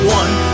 one